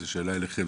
זו שאלה אליכם,